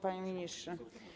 Panie Ministrze!